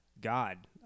God